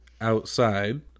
outside